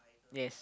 yes